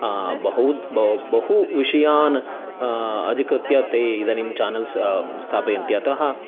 बहु बहु विषयान् अधिकृत्य ते इदानीं चेनल्स् स्थापयन्ति अतः